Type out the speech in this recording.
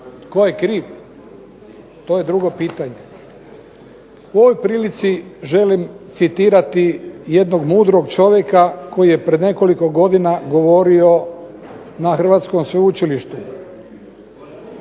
Tko je kriv? To je drugo pitanje. U ovoj prilici želim citirati jednog mudrog čovjeka koji je pred nekoliko godina govorio na hrvatskom sveučilištu.